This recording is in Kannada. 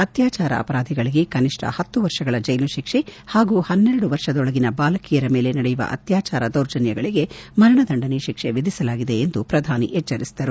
ಅತ್ಲಾಚಾರ ಅಪರಾಧಿಗಳಿಗೆ ಕನಿಷ್ಣ ಹತ್ತು ವರ್ಷಗಳ ಜೈಲು ಶಿಕ್ಸೆ ಹಾಗೂ ಹನ್ನೆರಡು ವರ್ಷದೊಳಗಿನ ಬಾಲಕಿಯರ ಮೇಲೆ ನಡೆಯುವ ಅತ್ಯಾಚಾರ ದೌರ್ಜನ್ನಗಳಗೆ ಮರಣದಂಡನೆ ಶಿಕ್ಷೆ ವಿಧಿಸಲಾಗಿದೆ ಎಂದು ಪ್ರಧಾನಿ ಎಚ್ಚರಿಸಿದರು